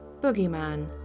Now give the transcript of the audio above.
Boogeyman